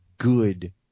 good